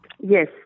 yes